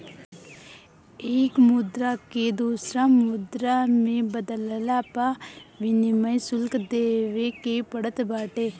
एक मुद्रा के दूसरा मुद्रा में बदलला पअ विनिमय शुल्क देवे के पड़त बाटे